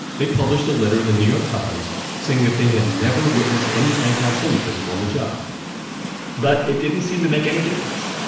they published a letter in the new york times saying that they had never witnessed any anti-semitism on the job but it didn't seem to make any difference.